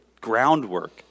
groundwork